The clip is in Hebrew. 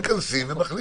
מכנסים ומחליטים.